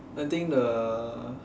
I think the